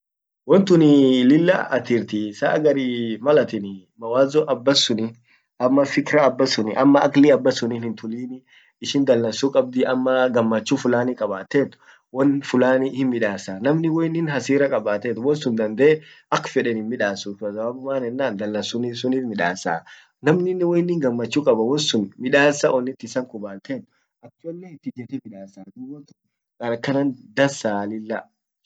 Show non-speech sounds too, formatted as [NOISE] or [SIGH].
won tun [HESITATION] lilla athirtii saa agar, [HESITATION] mawazo abbasuni, ama fikra abbasuni, ama akli abbasuni hintulini ishin dalansu kabdi ama gamachu fulani kabatet won fulani himmidasa, namnin woin hasira kabatet won sun dandee ak feden himmidasuu kwa sababu maan ennan dalansu sunif midassa, namninen woin gamachu kabatet wonsun midasa onit issan kubaltet [UNINTELLIGIBLE] akanan dansa lilla cholumt ishian.